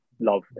love